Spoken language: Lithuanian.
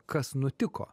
kas nutiko